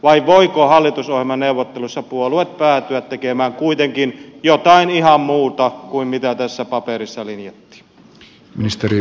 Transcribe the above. vai voivatko puolueet hallitusohjelmaneuvotteluissa päätyä tekemään kuitenkin jotain ihan muuta kuin mitä tässä paperissa linjattiin